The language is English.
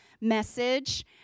message